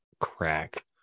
crack